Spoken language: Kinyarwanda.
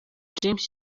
james